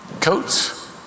Coats